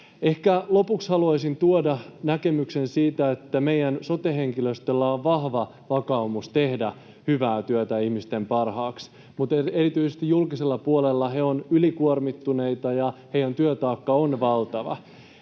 Ehkä lopuksi haluaisin tuoda näkemyksen siitä, että meidän sote-henkilöstöllä on vahva vakaumus tehdä hyvää työtä ihmisten parhaaksi, mutta erityisesti julkisella puolella he ovat ylikuormittuneita ja heidän työtaakkansa on valtava.